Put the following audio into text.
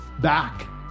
back